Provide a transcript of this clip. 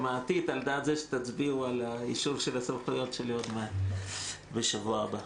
העתיד על דעת זה שתצביעו על אישור הסמכויות שלי בשבוע הבא.